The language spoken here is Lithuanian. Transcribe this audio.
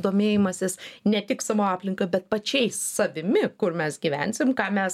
domėjimasis ne tik savo aplinka bet pačiais savimi kur mes gyvensim ką mes